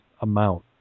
amount